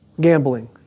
Gambling